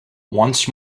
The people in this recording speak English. once